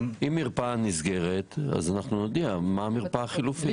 אם מרפאה נסגרת, אנחנו נודיע מה המרפאה החלופית.